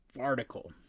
article